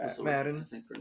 Madden